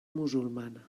musulmana